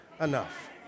enough